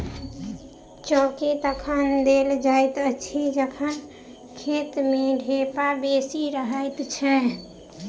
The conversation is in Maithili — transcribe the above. चौकी तखन देल जाइत अछि जखन खेत मे ढेपा बेसी रहैत छै